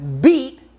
beat